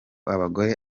abagore